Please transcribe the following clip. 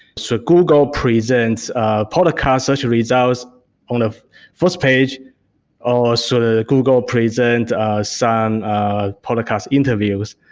so, google presents ah podcast search results on a first page or sort of google present some podcast interviews.